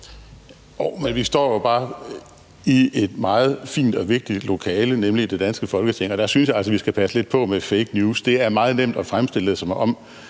vi står jo bare i et meget fint og vigtigt lokale, nemlig det danske Folketing, og der synes jeg altså, vi skal passe lidt på med fake news. Det er meget nemt at fremstille det, som om,